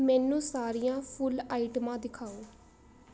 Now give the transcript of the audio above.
ਮੈਨੂੰ ਸਾਰੀਆਂ ਫੁੱਲ ਆਈਟਮਾਂ ਦਿਖਾਓ